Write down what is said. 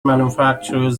manufacturer